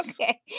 Okay